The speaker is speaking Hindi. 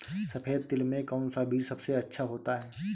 सफेद तिल में कौन सा बीज सबसे अच्छा होता है?